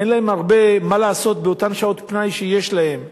אין להם הרבה מה לעשות באותן שעות פנאי שיש להם,